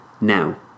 Now